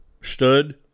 stood